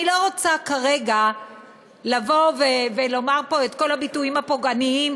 אני לא רוצה כרגע לבוא ולומר פה את כל הביטויים הפוגעניים